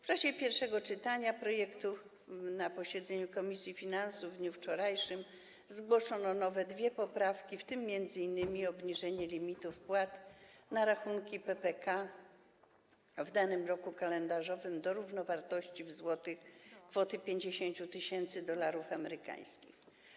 W czasie pierwszego czytania projektu na posiedzeniu komisji finansów w dniu wczorajszym zgłoszono dwie nowe poprawki, w tym m.in. obniżenie limitu wpłat na rachunki PPK w danym roku kalendarzowym do równowartości w złotych kwoty 50 tys. dolarów amerykańskich.